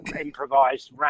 improvised